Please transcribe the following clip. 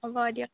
হ'ব দিয়ক